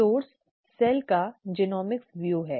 स्रोत कोशिका का जीनोमिक्स दृश्य है